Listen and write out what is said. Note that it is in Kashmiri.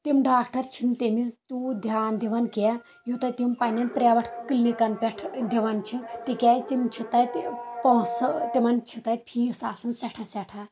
تِم ڈاکٹر چھنہٕ تٔمِس تیوٗت دیان دِوان کینٛہہ یوٗتاہ تِم پنٕنٮ۪ن پریویٹ کٕلنکن پٮ۪ٹھ دِوان چھِ تِکیٛازِ تِم چھِ تَتہِ پونٛسہٕ تِم چھِ تتہِ فیٖس آسان سٮ۪ٹھاہ سٮ۪ٹھاہ